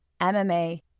MMA